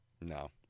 No